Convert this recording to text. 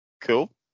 Cool